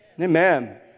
Amen